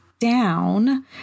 down